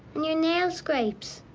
your nail scrapes?